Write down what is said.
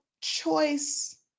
choice